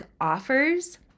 offers